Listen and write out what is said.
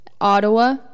Ottawa